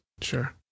Sure